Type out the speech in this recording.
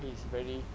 he's very